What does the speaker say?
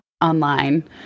online